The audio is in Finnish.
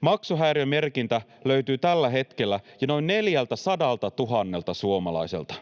Maksuhäiriömerkintä löytyy tällä hetkellä jo noin 400 000 suomalaiselta.